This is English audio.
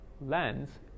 lens